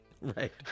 right